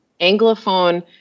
Anglophone